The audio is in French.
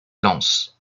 lances